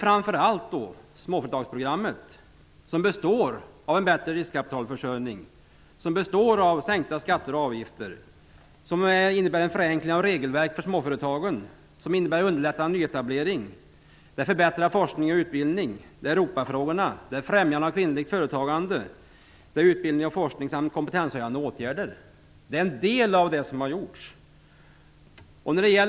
Framför allt handlar det om småföretagsprogrammet, som består av en bättre riskkapitalförsörjning, sänkta skatter och avgifter och som innebär en förenkling av regelverk för småföretagen, vilket i sin tur innebär underlättande av nyetablering. Det förbättrar också förutsättningarna för forskning och utbildning samt Europafrågorna. Det främjar kvinnligt företagande, utbildning och forskning samt kompetenshöjande åtgärder. Detta är en del av det som har gjorts.